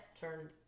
turned